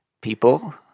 people